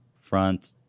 Front